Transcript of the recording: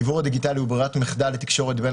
הדיוור הדיגיטלי הוא ברירת מחדל לתקשורת בין